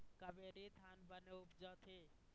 कावेरी धान बने उपजथे?